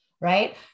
right